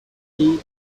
key